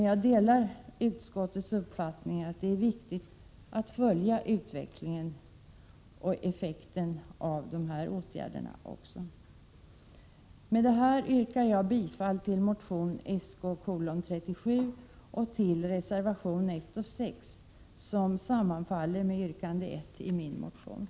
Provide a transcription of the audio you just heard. Jag delar utskottets uppfattning att det är viktigt att följa utvecklingen och också att följa effekten av dessa åtgärder. Jag yrkar bifall till följande förslag under skatteutskottets betänkande